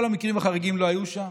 כל המקרים החריגים לא היו שם.